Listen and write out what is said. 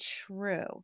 true